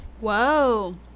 Whoa